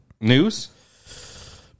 News